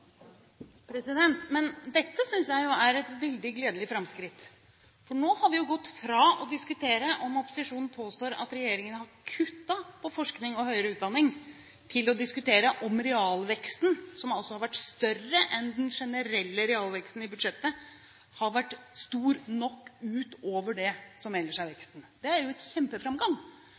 Dette synes jeg er et veldig gledelig framskritt. For nå har vi gått fra å diskutere om opposisjonen påstår at regjeringen har kuttet på forskning og høyere utdanning, til å diskutere om realveksten – som altså har vært større enn den generelle realveksten i budsjettet – har vært stor nok utover det som ellers er veksten. Det er jo